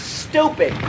stupid